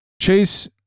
Chase